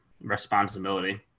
responsibility